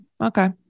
Okay